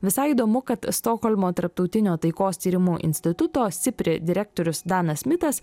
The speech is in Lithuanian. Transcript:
visai įdomu kad stokholmo tarptautinio taikos tyrimų instituto sipri direktorius danas smitas